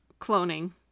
cloning